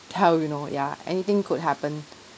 tell you know ya anything could happen